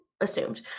assumed